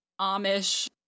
Amish